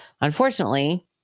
Unfortunately